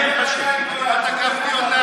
לא תקפתי אותם.